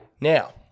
Now